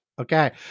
Okay